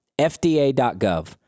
FDA.gov